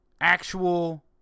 actual